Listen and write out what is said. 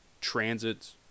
Transits